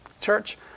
church